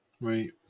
Right